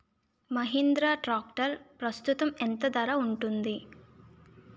Mahindra tractor ప్రస్తుతం ఎంత ధర ఉంది?